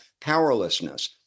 powerlessness